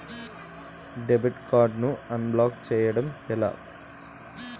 Debit card ను unblock block చేయటం ఎలా?